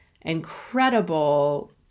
incredible